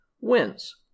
wins